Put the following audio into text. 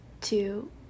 two